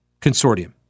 Consortium